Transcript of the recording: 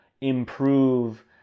improve